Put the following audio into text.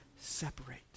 separate